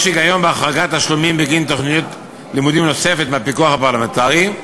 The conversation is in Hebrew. יש היגיון בהחרגת תשלומים בגין תוכנית לימודים נוספת מהפיקוח הפרלמנטרי.